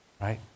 right